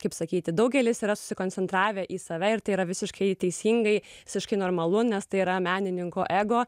kaip sakyti daugelis yra susikoncentravę į save ir tai yra visiškai teisingai visiškai normalu nes tai yra menininko ego